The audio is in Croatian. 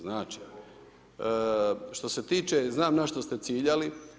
Znači, što se tiče, znam na što ste ciljali.